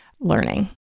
learning